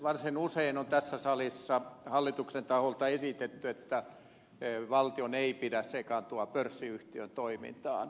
varsin usein on tässä salissa hallituksen taholta esitetty että valtion ei pidä sekaantua pörssiyhtiön toimintaan